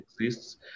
exists